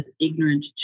ignorant